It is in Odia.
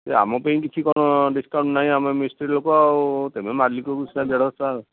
ଇଏ ଆମ ପାଇଁ କିଛି କ'ଣ ଡିସକାଉଣ୍ଟ ନାହିଁ ଆମେ ମିସ୍ତ୍ରୀ ଲୋକ ଆଉ ତମେ ମାଲିକକୁ ସିନା ଦେଢ଼ଶହ ଟଙ୍କା